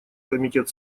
комитет